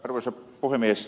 arvoisa puhemies